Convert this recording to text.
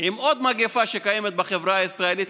עם עוד מגפה שקיימת בחברה הישראלית,